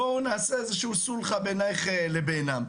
בואו נעשה איזושהי סולחה בינך לבינם.